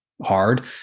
hard